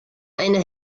eine